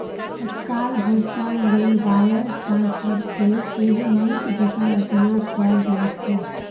तत्काल भोगतान लेल वायर ट्रांस्फरकेँ सेहो नीक जेंका उपयोग कैल जाइत छै